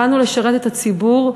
באנו לשרת את הציבור,